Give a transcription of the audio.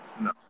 no